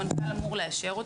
המנכ"ל אמור לאשרם